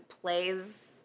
plays